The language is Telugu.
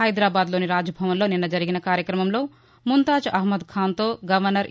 హైదరాబాద్లోని రాజ్భవన్లో నిన్న జరిగిన కార్యక్రమంలో ముంతాజ్ అహ్నద్ ఖాన్తో గవర్నర్ ఇ